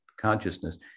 consciousness